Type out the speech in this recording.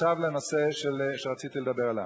עכשיו לנושא שרציתי לדבר עליו.